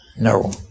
No